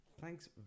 Thanks